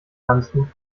landshut